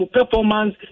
performance